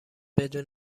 بدون